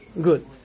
good